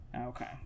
Okay